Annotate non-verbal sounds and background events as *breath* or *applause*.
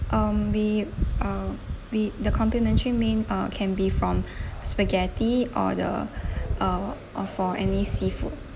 um we uh we the complimentary main uh can be from *breath* spaghetti or the *breath* uh or for any seafood